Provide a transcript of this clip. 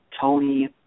Tony